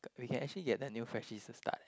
we can actually get the new freshies to start eh